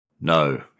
No